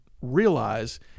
realize